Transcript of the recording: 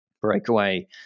breakaway